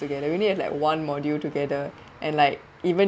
together we only like one module together and like even